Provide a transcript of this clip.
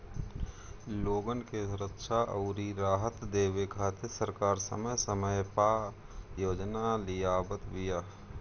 लोगन के सुरक्षा अउरी राहत देवे खातिर सरकार समय समय पअ योजना लियावत बिया